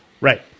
Right